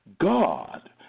God